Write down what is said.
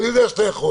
כי אני יודע שאתה יכול